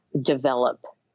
develop